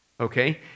okay